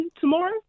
tomorrow